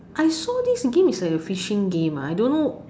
I saw this game is like a fishing game ah I don't know